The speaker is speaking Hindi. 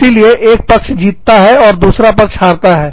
इसीलिए एक पक्ष जीतता है और दूसरा पक्ष हारता है